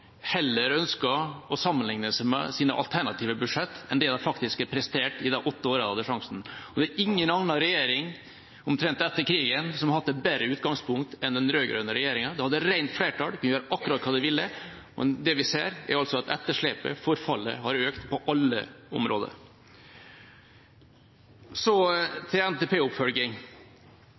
faktisk har prestert gjennom de åtte årene de hadde sjansen. Det er omtrent ingen annen regjering etter krigen som har hatt et bedre utgangspunkt enn den rød-grønne regjeringa. De hadde rent flertall, de kunne gjøre akkurat hva de ville, men det vi ser, er at etterslepet og forfallet har økt på alle områder. Så